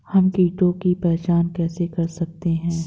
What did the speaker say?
हम कीटों की पहचान कैसे कर सकते हैं?